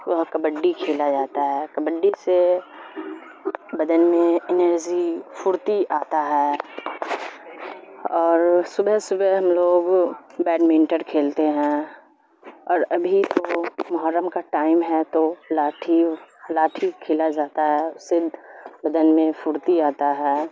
وہ کبڈی کھیلا جاتا ہے کبڈی سے بدن میں انرجی پھرتی آتا ہے اور صبح صبح ہم لوگ بیڈمنٹن کھیلتے ہیں اور ابھی تو محرم کا ٹائم ہے تو لاٹھی لاٹھی کھیلا جاتا ہے اس سے بدن میں پھرتی آتا ہے